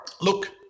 Look